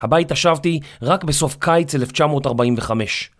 הביתה שבתי רק בסוף קיץ אלף תשע מאות ארבעים וחמש